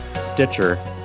Stitcher